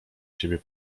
siebie